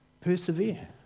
persevere